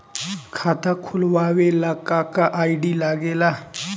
खाता खोलवावे ला का का आई.डी लागेला?